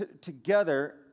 together